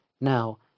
Now